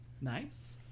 Nice